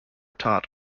taught